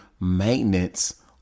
maintenance